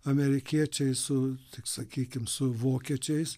amerikiečiai su tik sakykim su vokiečiais